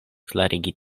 klarigi